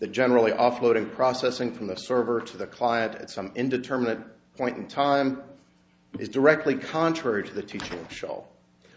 the generally offloading processing from the server to the client at some indeterminate point in time is directly contrary to the t v show